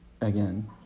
again